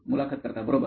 मुलाखत कर्ता बरोबर